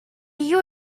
you